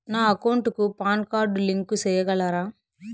నా అకౌంట్ కు PAN card link సేయగలరా?